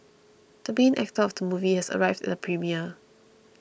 the main actor of the movie has arrived at the premiere